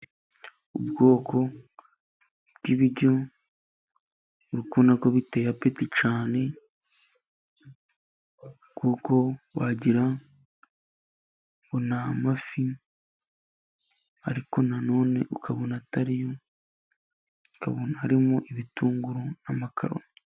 Ubwoko bw'ibiryo, uri kubona ko biteye apeti cyane, kuko wagira ngo n'amafi, ariko na none ukabona atariyo. Ukabona harimo ibitunguru n'amakaroni.